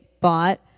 bought